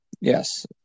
Yes